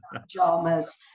pajamas